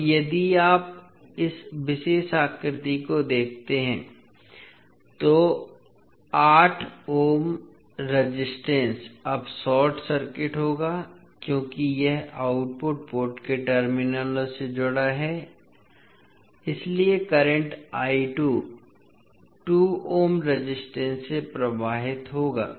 अब यदि आप इस विशेष आकृति को देखते हैं तो 8 ओम रेजिस्टेंस अब शार्ट सर्किट होगा क्योंकि यह आउटपुट पोर्ट के टर्मिनलों से जुड़ा होता है इसलिए करंट 2 ओम रेजिस्टेंस से प्रवाहित होगा